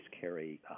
carry